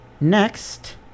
Next